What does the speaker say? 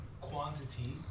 quantity